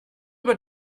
über